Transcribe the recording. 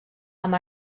amb